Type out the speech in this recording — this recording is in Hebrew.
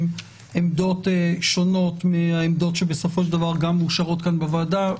עמדות שונות מהעמדות שבסופו של דבר מאושרות בוועדה.